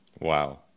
wow